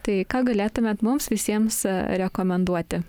tai ką galėtumėt mums visiems rekomenduoti